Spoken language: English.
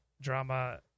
drama